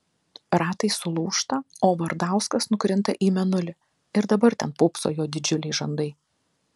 ratai sulūžta o vardauskas nukrinta į mėnulį ir dabar ten pūpso jo didžiuliai žandai